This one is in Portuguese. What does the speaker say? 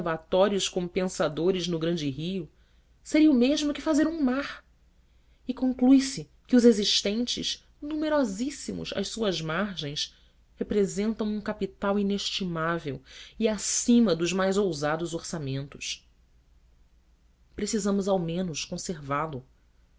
reservatórios compensadores no grande rio seria o mesmo que fazer um mar e conclui se que os existentes numerosíssimos às suas margens representam um capital inestimável e acima dos mais ousados orçamentos precisamos ao menos conservá-lo